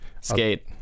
Skate